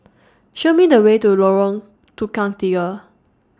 Show Me The Way to Lorong Tukang Tiga